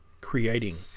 creating